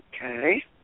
Okay